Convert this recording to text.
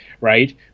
right